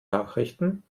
nachrichten